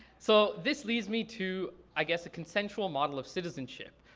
so this leads me to, i guess a consensual model of citizenship.